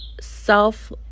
self